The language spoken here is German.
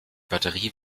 batterie